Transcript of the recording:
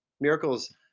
Miracles